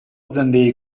زندگی